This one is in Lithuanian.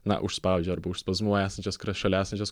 na užspaudžia arba užspazmuoja esančias kra šalia esančias